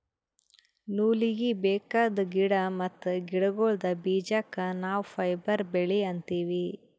ನೂಲೀಗಿ ಬೇಕಾದ್ ಗಿಡಾ ಮತ್ತ್ ಗಿಡಗೋಳ್ದ ಬೀಜಕ್ಕ ನಾವ್ ಫೈಬರ್ ಬೆಳಿ ಅಂತೀವಿ